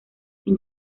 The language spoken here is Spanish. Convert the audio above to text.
sin